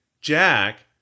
Jack